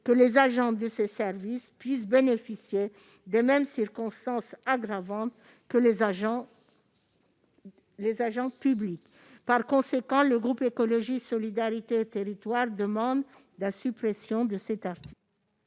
que les agents de ces services puissent bénéficier des mêmes circonstances aggravantes que les agents publics. Par conséquent, le groupe Écologiste -Solidarité et Territoires demande la suppression du présent article.